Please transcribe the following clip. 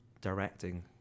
directing